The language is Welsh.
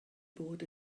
bod